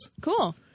cool